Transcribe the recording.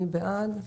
מי בעד?